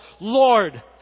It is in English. Lord